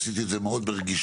עשיתי את זה מאוד ברגישות.